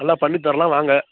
நல்லா பண்ணித்தரலாம் வாங்க